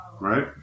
right